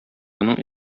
моның